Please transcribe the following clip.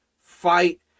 fight